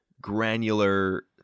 granular